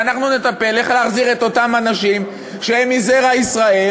ואנחנו נטפל בדרך להחזיר את אותם אנשים שהם מזרע ישראל,